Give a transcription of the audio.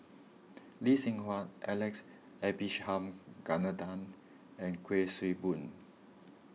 Lee Seng Huat Alex and Kuik Swee Boon